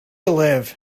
live